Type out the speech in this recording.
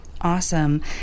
Awesome